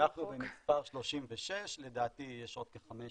אנחנו במספר 36, לדעתי יש עוד כ-15,